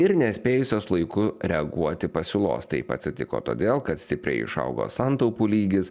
ir nespėjusios laiku reaguoti pasiūlos taip atsitiko todėl kad stipriai išaugo santaupų lygis